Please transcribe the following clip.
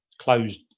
closed